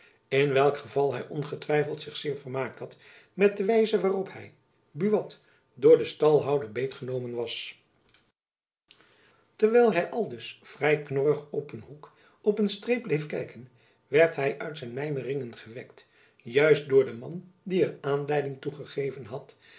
in welk geval hy ongetwijfeld zich zeer vermaakt had met de wijze waarop hy buat door den stalhouder beet genomen was terwijl hy aldus vrij knorrig in een hoek op een streep bleef kijken werd hy uit zijn mijmering gewekt juist door den man die er aanleiding toe gegeven had